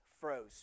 froze